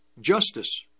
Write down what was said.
Justice